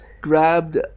grabbed